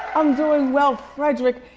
i'm doing well. frederick,